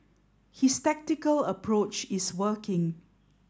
his tactical approach is working